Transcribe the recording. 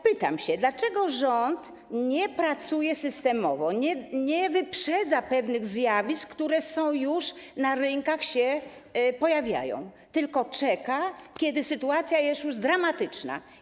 Pytam się, dlaczego rząd nie pracuje systemowo, nie wyprzedza pewnych zjawisk, które już są, na rynkach się pojawiają, tylko czeka, kiedy sytuacja jest już dramatyczna.